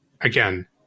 again